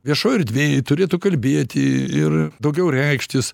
viešoj erdvėj turėtų kalbėti ir daugiau reikštis